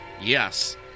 Yes